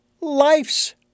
life's